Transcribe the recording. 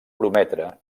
prometre